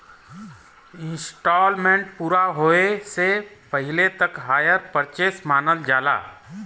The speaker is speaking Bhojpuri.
इन्सटॉलमेंट पूरा होये से पहिले तक हायर परचेस मानल जाला